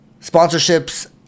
sponsorships